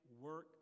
work